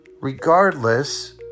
Regardless